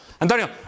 Antonio